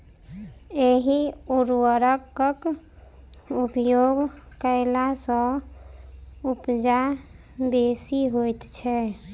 एहि उर्वरकक उपयोग कयला सॅ उपजा बेसी होइत छै